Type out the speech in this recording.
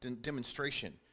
demonstration